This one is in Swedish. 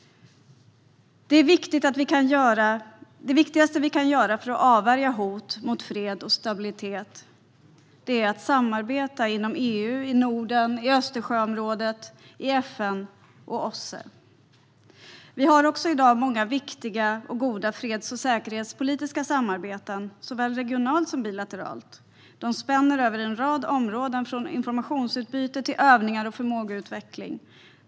Det viktigaste vi kan göra för att avvärja hot mot fred och stabilitet är att samarbeta inom i EU, i Norden och Östersjöområdet, i FN och OSSE. Vi har i dag också många viktiga och goda freds och säkerhetspolitiska samarbeten såväl regionalt som bilateralt. De spänner över en rad områden - från informationsutbyte till övningar och förmågeutveckling.